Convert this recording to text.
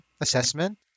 assessment